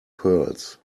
curls